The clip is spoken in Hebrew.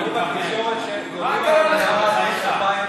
מה קרה לך, בחייך?